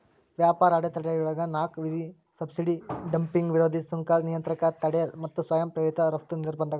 ವ್ಯಾಪಾರ ಅಡೆತಡೆಗಳೊಳಗ ನಾಕ್ ವಿಧ ಸಬ್ಸಿಡಿ ಡಂಪಿಂಗ್ ವಿರೋಧಿ ಸುಂಕ ನಿಯಂತ್ರಕ ತಡೆ ಮತ್ತ ಸ್ವಯಂ ಪ್ರೇರಿತ ರಫ್ತು ನಿರ್ಬಂಧಗಳು